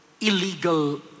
illegal